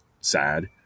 sad